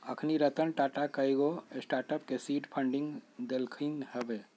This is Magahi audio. अखनी रतन टाटा कयगो स्टार्टअप के सीड फंडिंग देलखिन्ह हबे